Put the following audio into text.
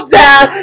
down